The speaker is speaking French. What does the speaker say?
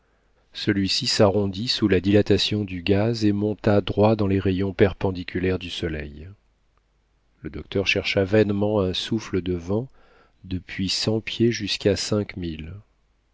celui-ci s'arrondit sous la dilatation du gaz et monta droit dans les rayons perpendiculaires du soleil le docteur chercha vainement un souffle de vent depuis cent pieds jusqu'à